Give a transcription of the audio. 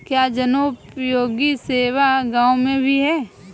क्या जनोपयोगी सेवा गाँव में भी है?